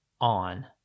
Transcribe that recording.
on